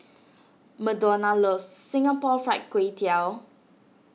Madonna loves Singapore Fried Kway Tiao